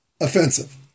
offensive